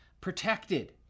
protected